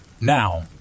Now